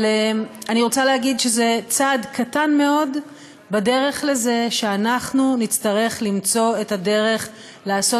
אני רוצה להגיד שזה צעד קטן מאוד בדרך לזה שנצטרך למצוא את הדרך לעשות